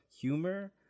humor